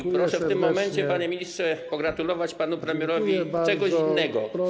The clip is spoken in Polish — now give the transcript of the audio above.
I proszę w tym momencie, panie ministrze, pogratulować panu premierowi czegoś innego.